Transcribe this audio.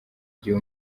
gihe